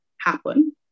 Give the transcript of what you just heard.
happen